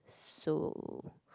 so